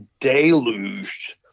deluged